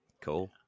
Cool